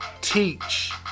teach